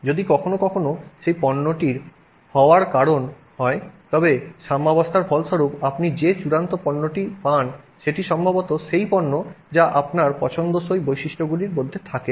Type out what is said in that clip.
যদি কখনও কখনও সেই পণ্যটি হওয়ার কারণ হয় তবে সাম্যাবস্থার ফলস্বরূপ আপনি যে চূড়ান্ত পণ্যটি পান সেটি সম্ভবত সেই পণ্য যা আপনার পছন্দসই বৈশিষ্ট্যগুলির মধ্যে থাকে না